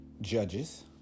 judges